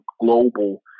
global